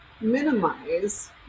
minimize